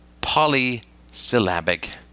polysyllabic